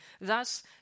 Thus